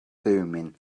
thummim